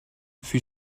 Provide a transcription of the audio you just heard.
fut